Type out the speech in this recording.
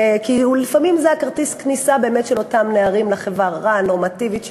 כי לפעמים זה כרטיס הכניסה של אותם נערים לחברה הנורמטיבית שלנו.